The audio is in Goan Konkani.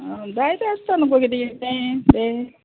जाय ते आसता न्हू गो कितें तें तें